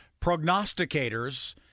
prognosticators